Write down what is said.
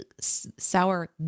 Sour